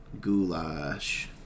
Goulash